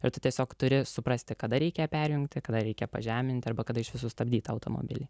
ir tu tiesiog turi suprasti kada reikia perjungti kada reikia pažeminti arba kada išvis sustabdyt automobilį